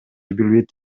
билбейт